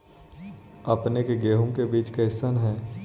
अपने के गेहूं के बीज कैसन है?